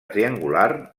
triangular